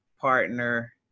partner